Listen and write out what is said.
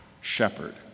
shepherd